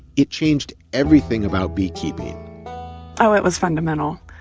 it changed everything about beekeeping oh, it was fundamental.